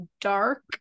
dark